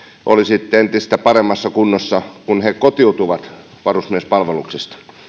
olisivat entistä paremmassa kunnossa kun he kotiutuvat varusmiespalveluksesta